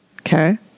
Okay